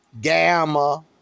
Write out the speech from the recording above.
gamma